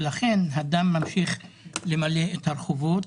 ולכן הדם ממשיך למלא את הרחובות.